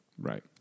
Right